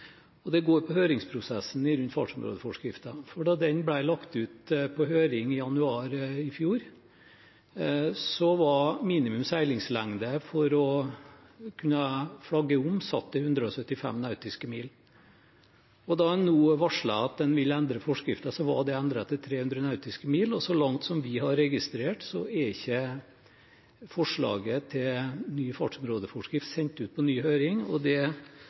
Det går på høringsprosessen rundt fartsområdeforskriften. Da den ble lagt ut på høring i januar i fjor, var minimum seilingslengde for å kunne flagge om satt til 175 nautiske mil. Når en nå varslet at en ville endre forskriften, var det endret til 300 nautiske mil, og så langt vi har registrert, er ikke forslaget til ny fartsområdeforskrift sendt ut på ny høring. Det